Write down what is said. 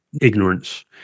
ignorance